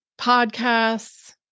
podcasts